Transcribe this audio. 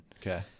okay